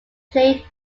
played